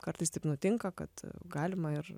kartais taip nutinka kad galima ir